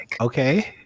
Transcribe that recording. Okay